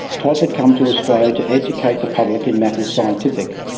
todd had come to australia to educate the public in matters scientific.